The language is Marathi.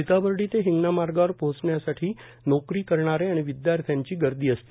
सिताबर्डी ते हिंगणा मार्गावर पोहोचण्याकरिता नौकरी करणारे आणि विद्यार्थ्याची गर्दी असते